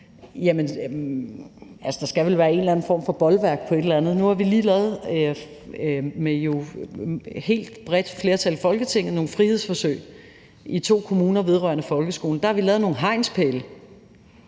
siger – at der vel skal være en eller anden form for bolværk. Nu har vi lige med et helt bredt flertal i Folketinget lavet nogle frihedsforsøg i to kommuner vedrørende folkeskolen. Der har vi lavet nogle hegnspæle.